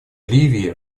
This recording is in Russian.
ливии